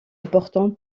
importante